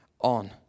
on